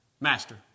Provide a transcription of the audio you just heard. Master